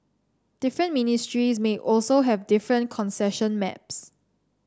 different ministries may also have different concession maps